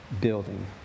building